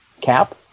Cap